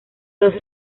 los